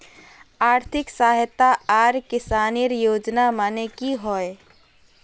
आर्थिक सहायता आर किसानेर योजना माने की होय?